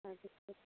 তাৰপিছত